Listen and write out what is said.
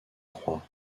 croix